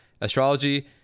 astrology